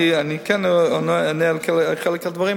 אני כן אענה על חלק מהדברים,